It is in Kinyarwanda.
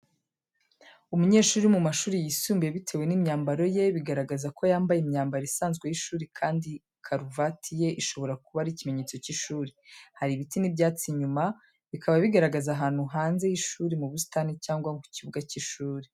Umunyeshuri uri mu mashuri yisumbuye bitewe n’imyambaro ye. Bigaragaza ko yambaye imyambaro isanzwe y’ishuri kandi karuvate ye ishobora kuba ikimenyetso cy’ishuri, hari ibiti n’ibyatsi inyuma, bikaba bigaragaza ahantu hanze y’ishuri mu busitani cyangwa mu kibuga cy’ishuri.